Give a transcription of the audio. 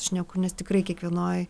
šneku nes tikrai kiekvienoj